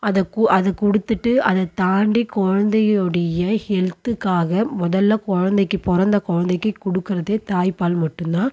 அதைக் கு அதை கொடுத்துட்டு அதை தாண்டி குழந்தையுடைய ஹெல்த்துக்காக முதல்ல குழந்தைக்கு பிறந்த குழந்தைக்கி கொடுக்குறதே தாய் பால் மட்டும்தான்